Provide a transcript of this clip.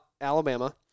Alabama